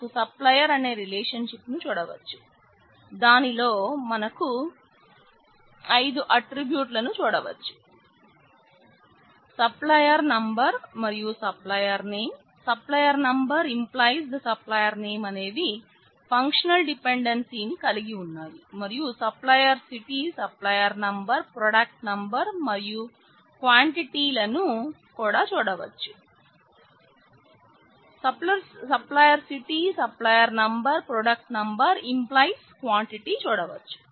మనకు సప్లయర్ అనే రిలేషన్షిప్ చేస్తే ఒక రిలేషన్షిప్ లో సప్లయర్ యొక్క నంబర్ నేమ్ సిటి మరియు క్వాంటిటీ ని కలిగి ఉంటాయి మరియు ఇంకో రిలేషన్లో ప్రొడక్ట్ నేమ్ మరియు క్వాంటిటీ ని చూడవచ్చు